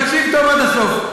תקשיב טוב עד הסוף,